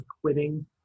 quitting